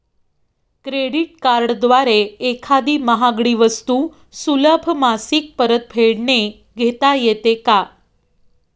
Credit कार्डद्वारे एखादी महागडी वस्तू सुलभ मासिक परतफेडने घेता येते का?